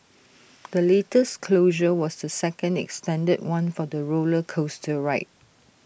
the latest closure was the second extended one for the roller coaster ride